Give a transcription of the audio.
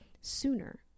sooner